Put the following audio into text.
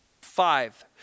Five